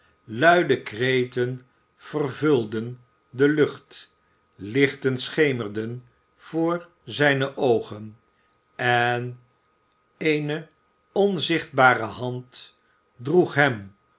luide kreten vervulden de lucht lichten schemerden voor zijne oogen en eene onzichtbare hand droeg hem